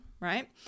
Right